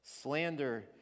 Slander